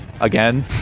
again